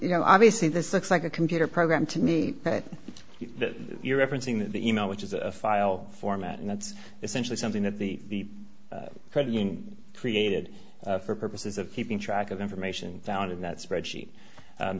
know obviously this looks like a computer program to me that you're referencing the e mail which is a file format and that's essentially something that the crediting created for purposes of keeping track of information found in that spreadsheet